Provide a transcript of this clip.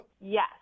Yes